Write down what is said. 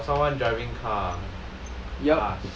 got someone driving car